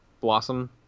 Blossom